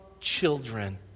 children